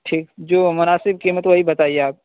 ٹھیک جو مناسب قیمت وہی بتائیے آپ